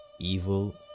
Evil